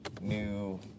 new